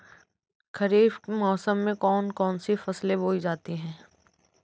खरीफ मौसम में कौन कौन सी फसलें बोई जाती हैं?